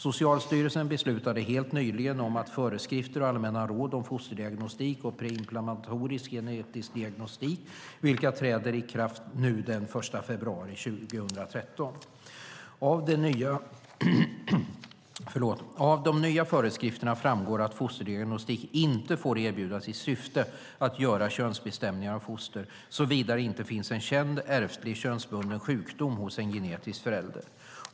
Socialstyrelsen beslutade helt nyligen om nya föreskrifter och allmänna råd om fosterdiagnostik och preimplantatorisk genetisk diagnostik, vilka träder i kraft nu den 1 februari 2013. Av de nya föreskrifterna framgår att fosterdiagnostik inte får erbjudas i syfte att göra könsbestämningar av foster, såvida det inte finns en känd ärftlig könsbunden sjukdom hos en genetisk förälder.